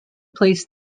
placed